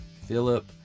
Philip